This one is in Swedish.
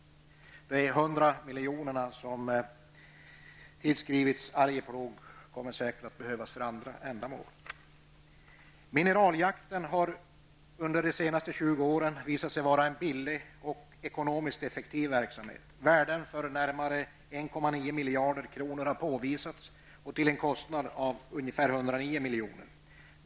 De 100 miljonerna, som tillskrivits Arjeplog, kommer säkert att behövas för andra ändamål. Mineraljakten har under de senaste 20 åren visat sig vara en billig och ekonomiskt effektiv verksamhet. Värden för närmare 1,9 miljarder kronor har påvisats till en kostnad av 109 milj.kr.